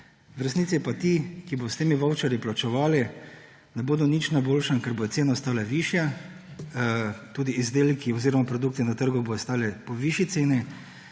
v resnici pa ti, ki bodo s temi vavčerji plačevali, ne bodo nič na boljšem, ker bodo cene ostale višje, tudi izdelki oziroma produkti na trgu bodo stali po višji ceni.